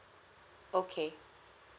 okay